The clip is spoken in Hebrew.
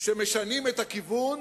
שמשנים את הכיוון